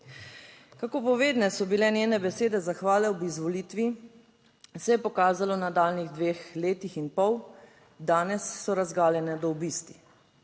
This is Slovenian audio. Kako povedne so bile njene besede zahvale ob izvolitvi, se je pokazalo v nadaljnjih dveh letih in pol. Danes so razgaljene do obisti.